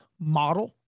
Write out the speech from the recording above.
model